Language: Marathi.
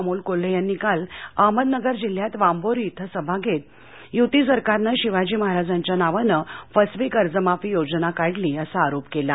अमोल कोल्हे यांनी काल अहमदनगर जिल्ह्यात वांबोरी इथ सभा घेत युती सरकारनं शिवाजी महाराजांच्या नावानं फसवी कर्जमाफी योजना काढली असा आरोप केला